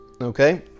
Okay